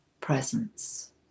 presence